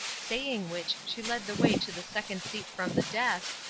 saying which she led the way to the second seat from the desk,